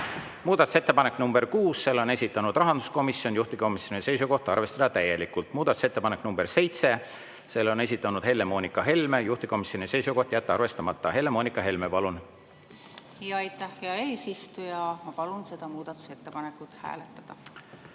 Muudatusettepanek nr 6, selle on esitanud rahanduskomisjon, juhtivkomisjoni seisukoht: arvestada täielikult. Muudatusettepanek nr 7, selle on esitanud Helle-Moonika Helme, juhtivkomisjoni seisukoht: jätta arvestamata. Helle-Moonika Helme, palun! Aitäh, hea eesistuja! Ma palun seda muudatusettepanekut hääletada.